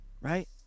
Right